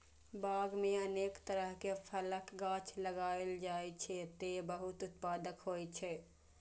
बाग मे अनेक तरहक फलक गाछ लगाएल जाइ छै, जे बहुत उत्पादक होइ छै